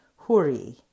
huri